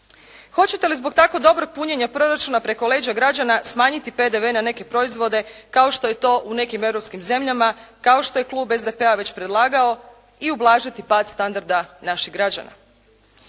Hoćete li zbog takvog dobrog punjenja proračuna preko leđa građana smanjiti PDV na neke proizvode, kao što je to u nekim europskim zemljama, kao što je klub SDP-a već predlagao i ublažiti pad standarda naših građana?